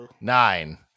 Nine